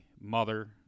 mother